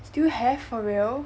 still have for real